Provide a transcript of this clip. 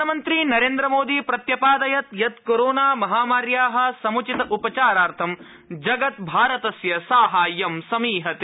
प्रधानमन्त्री नरेन्द्रमोदी प्रत्यपादयत् यत् कोरोना महामार्याः सम्चित उपचाराथं जगत् भारतस्य साहाय्यं समीहते